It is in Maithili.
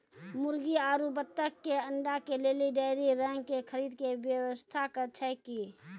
मुर्गी आरु बत्तक के अंडा के लेली डेयरी रंग के खरीद के व्यवस्था छै कि?